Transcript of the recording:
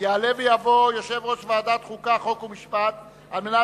אני קובע שחוק בתי-הדין הדתיים (תיקוני